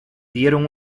dieron